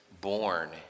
born